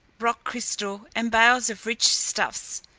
rock-crystal, and bales of rich stuffs.